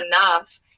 enough